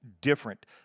different